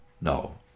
No